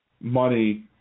money